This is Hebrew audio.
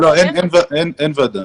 אין ועדה.